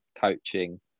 coaching